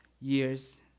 years